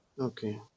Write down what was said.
Okay